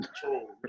control